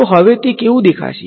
તો હવે તે કેવું દેખાશે